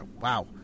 wow